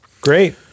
Great